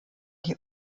die